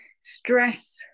stress